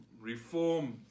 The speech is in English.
Reform